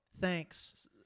Thanks